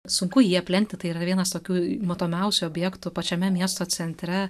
sunku jį aplenkti tai yra vienas tokių matomiausių objektų pačiame miesto centre